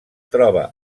troba